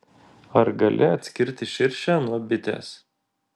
ar gali atskirti širšę nuo bitės